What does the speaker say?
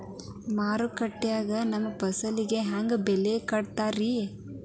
ಮಾರುಕಟ್ಟೆ ಗ ನಮ್ಮ ಫಸಲಿಗೆ ಹೆಂಗ್ ಬೆಲೆ ಕಟ್ಟುತ್ತಾರ ರಿ?